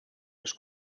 les